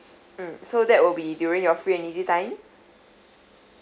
mm so that will be during your free and easy time